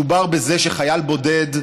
מדובר בזה שחייל בודד,